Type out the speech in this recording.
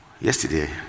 Yesterday